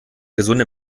gesunde